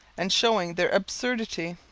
and showing their absurdity.